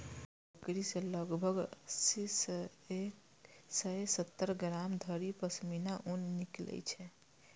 एक बकरी सं लगभग अस्सी सं एक सय सत्तर ग्राम धरि पश्मीना ऊन निकलै छै